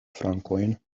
frankojn